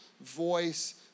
voice